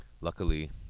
Luckily